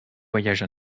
voyages